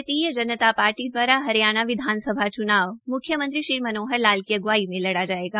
भारतीय जनता पार्टी द्वारा हरियाणा विधानसभा च्नाव म्ख्यमंत्री श्री मनोहर लाल की अग्वाई में लड़ा जायेगा